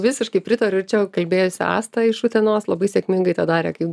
visiškai pritariu čia kalbėjusi asta iš utenos labai sėkmingai tą darė kaip